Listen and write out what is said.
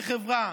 כחברה,